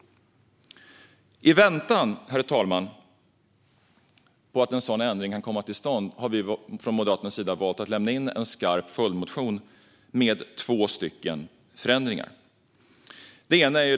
Herr talman! I väntan på att en sådan ändring kan komma till stånd har vi från Moderaternas sida valt att lämna in en skarp följdmotion med två förändringar.